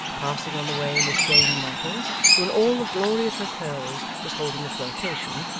passing on the way miss jane wackles, who in all the glory of her curls was holding a flirtation,